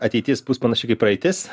ateitis bus panaši kaip praeitis